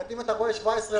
אם אתה רואה 17%,